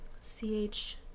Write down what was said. C-H-